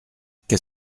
qu’est